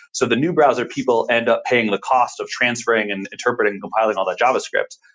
so the new browser people end up paying the cost of transferring and interpreting and compiling all that javascript.